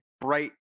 bright